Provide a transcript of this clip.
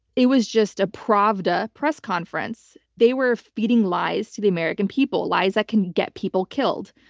it was just a pravda press conference. they were feeding lies to the american people, lies that can get people killed,